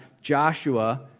Joshua